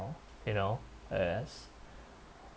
you know I guess